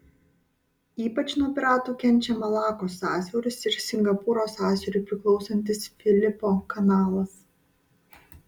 ypač nuo piratų kenčia malakos sąsiauris ir singapūro sąsiauriui priklausantis filipo kanalas